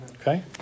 Okay